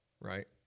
right